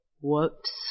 whoops